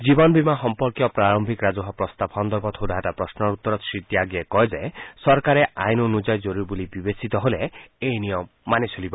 জীৱন বীমা সম্পৰ্কীয় প্ৰাৰম্ভিক ৰাজহুৱা প্ৰস্তাৱ সন্দৰ্ভত সোধা এটা প্ৰশ্নৰ উত্তৰত শ্ৰীত্যাগীয়ে কয় যে চৰকাৰে আইন অনুযায়ী জৰুৰী বুলি বিবেচিত হ'লে এই নিয়ম মানি চলিব